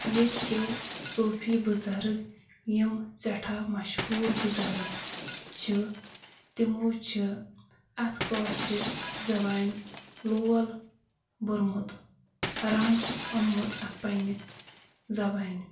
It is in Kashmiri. ییٚتہِ کیو صوفی بُزرٕگ یِم سٮ۪ٹھاہ مشہوٗر بُزرٕگ چھِ تِمَو چھِ اَتھ کٲشرِ زبانہِ لول بوٚرمُت رنٛگ اوٚنمُت اَتھ پنٛنہِ زبانۍ